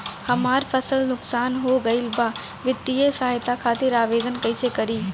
हमार फसल नुकसान हो गईल बा वित्तिय सहायता खातिर आवेदन कइसे करी?